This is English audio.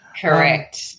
Correct